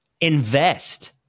invest